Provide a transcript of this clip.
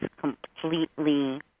completely